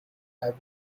have